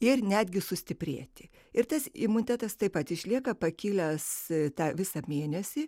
ir netgi sustiprėti ir tas imunitetas taip pat išlieka pakilęs tą visą mėnesį